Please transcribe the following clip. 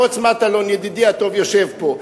מוץ מטלון ידידי הטוב יושב פה,